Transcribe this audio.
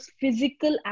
physical